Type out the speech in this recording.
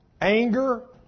anger